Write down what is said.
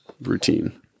routine